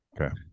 Okay